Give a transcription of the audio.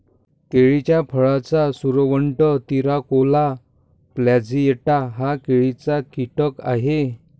केळीच्या फळाचा सुरवंट, तिराकोला प्लॅजिएटा हा केळीचा कीटक आहे